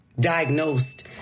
diagnosed